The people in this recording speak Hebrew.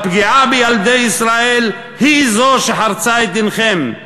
הפגיעה בילדי ישראל היא שחרצה את דינכם.